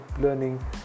learning